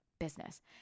business